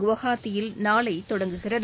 குவஹாத்தியில் நாளை தொடங்குகிறது